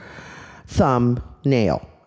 thumbnail